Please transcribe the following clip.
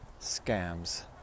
scams